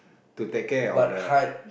to take care of the